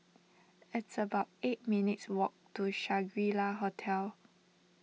it's about eight minutes' walk to Shangri La Hotel